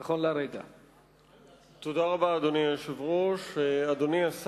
אם הוא לא יהיה נוכח, מי אחריו?